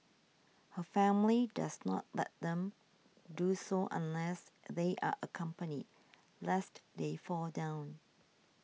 her family does not let them do so unless they are accompanied lest they fall down